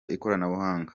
ikoranabunga